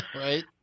Right